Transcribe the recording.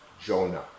Jonah